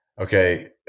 Okay